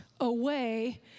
away